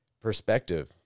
perspective